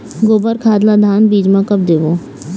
गोबर खाद ला धान बीज म कब देबो?